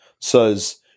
says